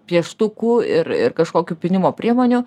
pieštukų ir ir kažkokių pynimo priemonių